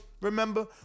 Remember